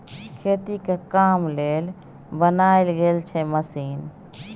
खेती के काम लेल बनाएल गेल छै मशीन